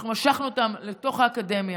אנחנו משכנו אותם לתוך האקדמיה,